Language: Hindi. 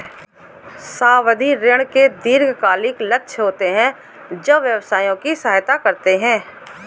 सावधि ऋण के दीर्घकालिक लक्ष्य होते हैं जो व्यवसायों की सहायता करते हैं